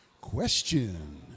Question